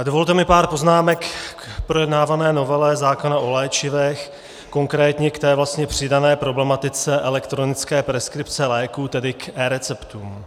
Dovolte mi pár poznámek k projednávané novele zákona o léčivech, konkrétně k té vlastně přidané problematice elektronické preskripce léků, tedy k eReceptům.